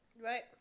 Right